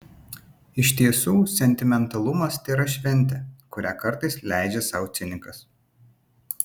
iš tiesų sentimentalumas tėra šventė kurią kartais leidžia sau cinikas